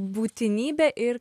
būtinybė ir